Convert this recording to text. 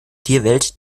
tierwelt